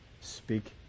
speak